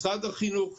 משרד החינוך,